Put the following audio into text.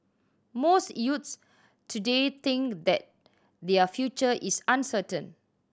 most youths today think that their future is uncertain